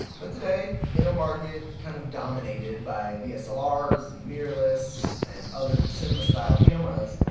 but today in a market kind of dominated by dslrs, mirrorless and other cinema style cameras,